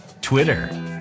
Twitter